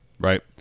right